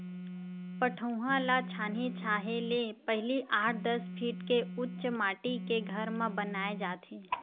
पठउवा ल छानही छाहे ले पहिली आठ, दस फीट के उच्च माठी के घर म बनाए जाथे